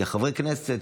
כי חברי הכנסת,